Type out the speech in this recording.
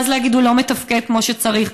ואז להגיד: הוא לא מתפקד כמו שצריך.